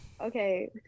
Okay